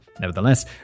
Nevertheless